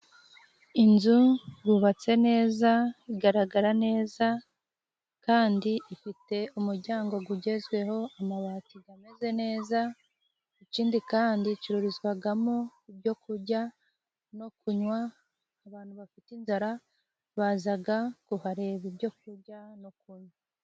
Inzu yubatse neza igaragara neza kandi ifite umuryango gugezweho amabati ameze neza, ikindi kandi icururizwagamo ibyo kujya no kunywa abantu bafite inzara bazaga kuhareba ibyo kujya no kunywa.